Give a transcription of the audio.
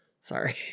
Sorry